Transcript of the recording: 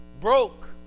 Broke